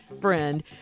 friend